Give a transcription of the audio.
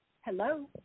Hello